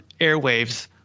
airwaves